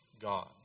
God